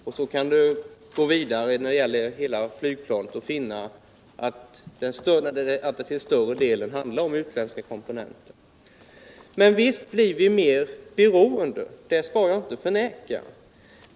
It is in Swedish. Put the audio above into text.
Och så kan man gå vidare i hela flygplanet och finna att det till störr:> delen handlar om utländska komponenter. Men visst blir vi mer beroende, det skall jag inte förneka.